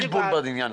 לבד,